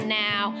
now